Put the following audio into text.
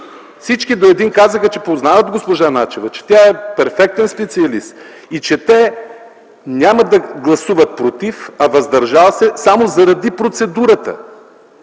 се преди Вас казаха, че познават госпожа Начева, че тя е перфектен специалист и че те няма да гласуват „против”, а – „въздържал се”, само заради процедурата.